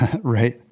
Right